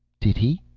did he?